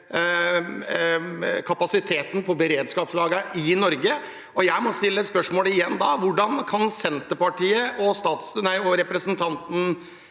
kapasiteten på beredskapslagrene i Norge. Jeg må stille spørsmålet igjen: Hvordan kan Senterpartiet og representanten